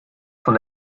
von